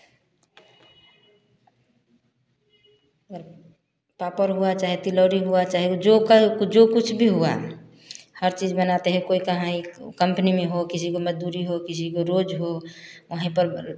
अगर पापड़ हुआ चाहें तिलौरी हुआ चाहे कि जो कक जो कुछ भी हुआ हर चीज़ बनाते हैं कोई कहाँ एक कंपनी में हो किसी को मज़दूरी हो किसी को रोज़ हो वहीं पर